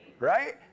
right